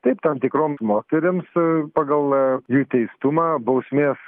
taip tam tikroms moterims pagal jų teistumą bausmės